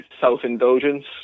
self-indulgence